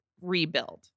rebuild